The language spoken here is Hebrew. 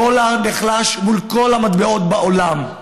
הדולר נחלש מול כל המטבעות בעולם,